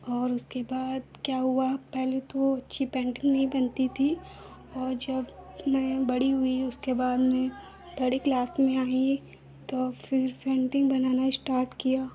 और उसके बाद क्या हुआ पहले तो अच्छी पेन्टिन्ग नहीं बनती थी और जब मैं बड़ी हुई उसके बाद मैं बड़ी क्लास में आई तब फिर पेन्टिन्ग बनाना स्टार्ट किया